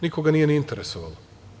Nikoga nije ni interesovalo.